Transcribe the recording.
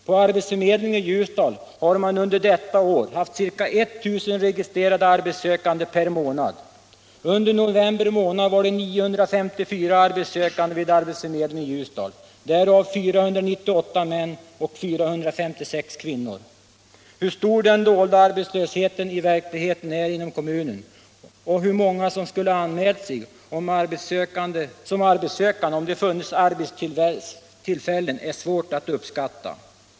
På arbetsförmedlingen i Ljusdal har man under detta år haft cirka 1 000 registrerade arbetssökande per månad. Under november månad var det 954 arbetssökande vid arbetsförmedlingen i Ljusdal, därav 498 män och 456 kvinnor. Hur stor den dolda arbetslösheten i verkligheten är inom kommunen och hur många som skulle anmäla sig som arbetssökande om det funnits arbetstillfällen är svårt att uppskatta.